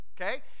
Okay